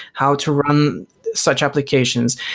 how to run such applications.